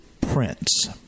Prince